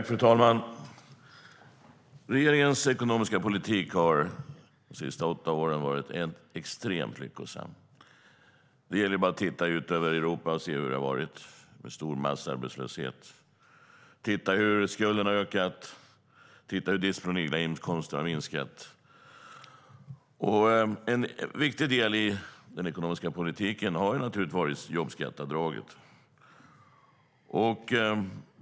Fru talman! Regeringens ekonomiska politik har de senaste åtta åren varit extremt lyckosam. Det är bara att titta ut över Europa och se hur det har varit, med stor massarbetslöshet, titta hur skulderna har ökat, hur de disponibla inkomsterna har minskat. En viktig del i den ekonomiska politiken har naturligtvis varit jobbskatteavdragen.